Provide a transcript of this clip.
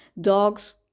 dogs